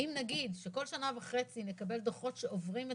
אם נגיד שכל שנה וחצי נקבל בדיקות שעוברות את